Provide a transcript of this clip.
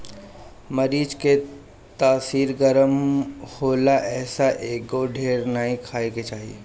मरीच के तासीर गरम होला एसे एके ढेर नाइ खाए के चाही